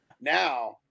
now